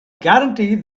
guarantee